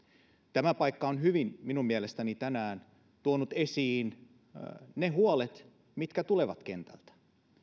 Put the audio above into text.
tämä paikka on minun mielestäni tänään hyvin tuonut esiin ne huolet mitkä tulevat kentältä